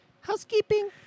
Housekeeping